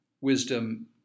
wisdom